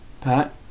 Pat